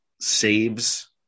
saves